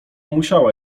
musiała